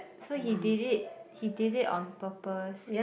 so he did it he did it on purpose